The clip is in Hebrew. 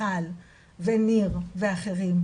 מיכל וניר ואחרים,